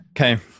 Okay